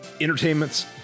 entertainments